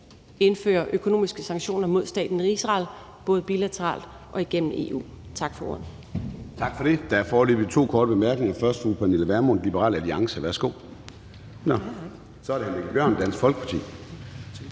indføre økonomiske sanktioner mod staten Israel, både bilateralt og igennem EU. Tak for ordet.